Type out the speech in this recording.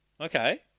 okay